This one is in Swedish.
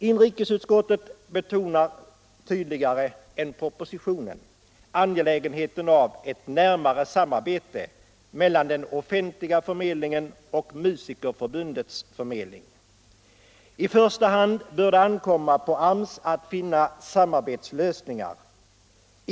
Inrikesutskottet betonar tydligare än propositionen angelägenheten av ett närmare samarbete mellan den offentliga förmedlingen och Musikerförbundets förmedling. I första hand bör det ankomma på AMS att finna samarbetslösningar.